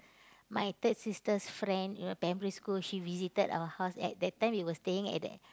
my third sister's friend you know primary school he visited our house at that time we were staying at that